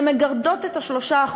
שמגרדות את ה-3%,